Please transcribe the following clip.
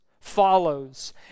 follows